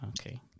Okay